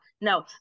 no